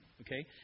okay